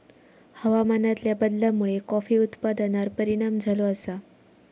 हवामानातल्या बदलामुळे कॉफी उत्पादनार परिणाम झालो आसा